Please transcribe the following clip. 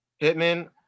Pittman